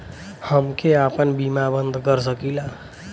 हमके आपन बीमा बन्द कर सकीला?